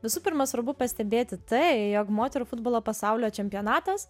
visų pirma svarbu pastebėti tai jog moterų futbolo pasaulio čempionatas